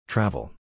Travel